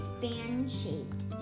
fan-shaped